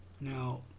Now